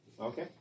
Okay